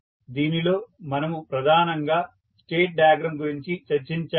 దీనిలో మనము ప్రధానంగా స్టేట్ డయాగ్రమ్ గురించి చర్చించాము